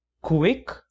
quick